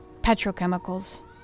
petrochemicals